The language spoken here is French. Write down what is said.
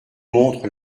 montre